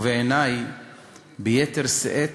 ובעיני ביתר שאת